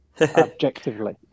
Objectively